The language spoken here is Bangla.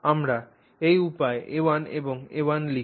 আমরা এই উপায়ে a1 এবং a1 লিখি